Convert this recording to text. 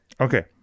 Okay